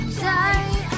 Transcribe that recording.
die